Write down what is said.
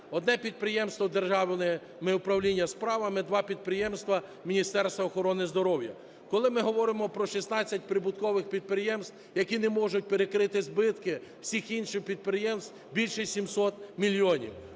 Одне підприємство державне – в Управління справами, два підприємства – в Міністерство охорони здоров'я. Коли ми говоримо про 16 прибуткових підприємств, які не можуть перекрити збитки всіх інших підприємств, більше 700 мільйонів.